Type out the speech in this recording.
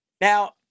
Now